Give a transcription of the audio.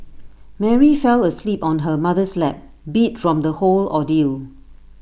Mary fell asleep on her mother's lap beat from the whole ordeal